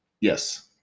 Yes